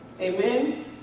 Amen